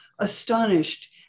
astonished